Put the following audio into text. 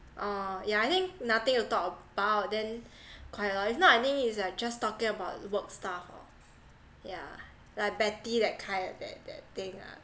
oh yeah I think nothing to talk about then quiet loh if not I think is like just talking about work stuff loh yeah like betty that kind that that thing ah